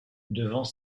devant